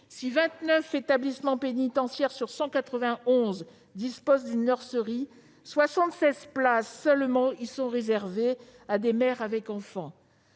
Si 29 établissements pénitentiaires sur 191 disposent d'une nurserie, 76 places seulement y sont réservées à des mères avec des enfants.